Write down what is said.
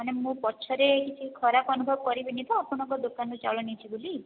ମାନେ ମୁଁ ପଛରେ କିଛି ଖରାପ ଅନୁଭବ କରିବିନି ତ ଆପଣଙ୍କ ଦୋକାନରୁ ଚାଉଳ ନେଇଛି ବୋଲି